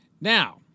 Now